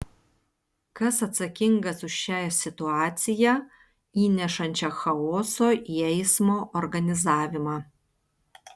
kas atsakingas už šią situaciją įnešančią chaoso į eismo organizavimą